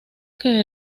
que